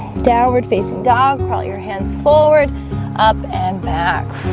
downward facing dog crawl your hands forward up and back